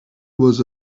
was